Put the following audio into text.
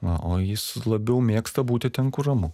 va o jis labiau mėgsta būti ten kur ramu